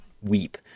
weep